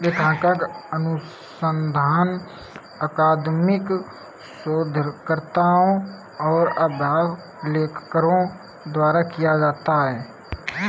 लेखांकन अनुसंधान अकादमिक शोधकर्ताओं और अभ्यास लेखाकारों द्वारा किया जाता है